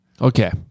Okay